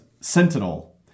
Sentinel